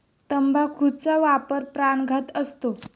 तंबाखूचा वापर प्राणघातक असतो